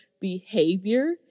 behavior